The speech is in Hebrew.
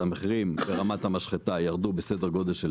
המחירים ברמת המשחטה ירדו בסדר גודל של